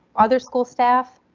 other school staff?